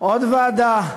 עוד ועדה.